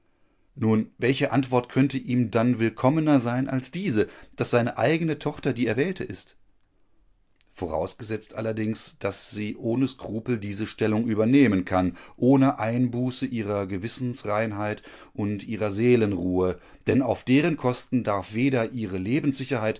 nun welche antwort könnte ihm dann willkommener sein als diese daß seine eigene tochter die erwählte ist vorausgesetzt allerdings daß sie ohne skrupel diese stellung übernehmen kann ohne einbuße ihrer gewissensreinheit und ihrer seelenruhe denn auf deren kosten darf weder ihre